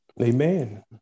Amen